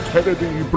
Kennedy